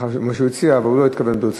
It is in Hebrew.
זה מה שהוא הציע, אבל הוא בטח לא התכוון ברצינות.